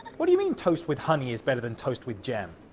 what do you mean toast with honey is better than toast with jam?